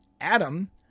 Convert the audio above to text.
Adam